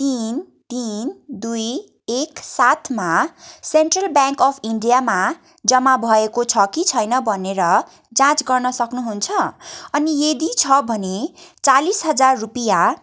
तिन तिन दुई एक सातमा सेन्ट्रल ब्याङ्क अफ् इन्डियामा जम्मा भएको छ कि छैन भनेर जाँच गर्न सक्नुहुन्छ अनि यदि छ भने चालिस हजार रुपियाँ